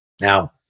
Now